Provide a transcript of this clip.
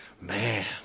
Man